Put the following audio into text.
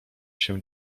się